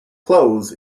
clothes